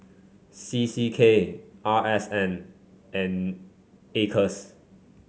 C C K R S N and Acres